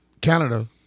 Canada